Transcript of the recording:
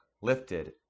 lifted